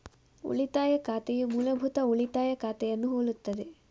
ಉಳಿತಾಯ ಖಾತೆಯು ಮೂಲಭೂತ ಉಳಿತಾಯ ಖಾತೆಯನ್ನು ಹೋಲುತ್ತದೆ